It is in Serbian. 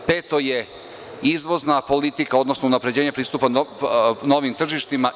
Peto je izvozna politika, odnosno unapređenje pristupa novim tržištima.